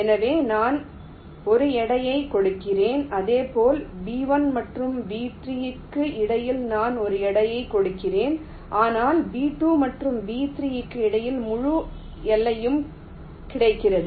எனவே நான் 1 எடையைக் கொடுக்கிறேன் இதேபோல் B 1 மற்றும் B 3 க்கு இடையில் நான் 1 எடையைக் கொடுக்கிறேன் ஆனால் B 2 மற்றும் B 3 க்கு இடையில் முழு எல்லையும் கிடைக்கிறது